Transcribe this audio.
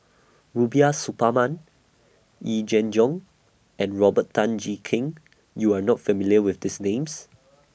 Rubiah Suparman Yee Jenn Jong and Robert Tan Jee Keng YOU Are not familiar with These Names